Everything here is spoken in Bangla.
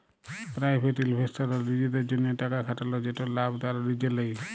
পেরাইভেট ইলভেস্টাররা লিজেদের জ্যনহে টাকা খাটাল যেটর লাভ তারা লিজে লেই